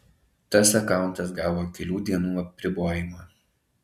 tas akauntas gavo kelių dienų apribojimą